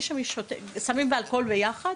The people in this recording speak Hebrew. סמים ואלכוהול ביחד,